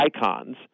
icons